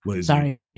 Sorry